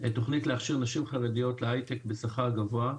תכנית להכשיר לשוק חרדיות להייטק בשכר גבוה.